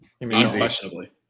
unquestionably